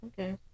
Okay